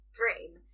dream